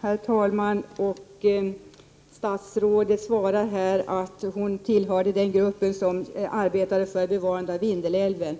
Herr talman! Statsrådet sade att hon tillhörde den grupp som arbetade för att bevara Vindelälven.